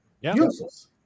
Useless